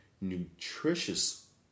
Nutritious